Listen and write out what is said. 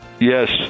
Yes